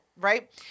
right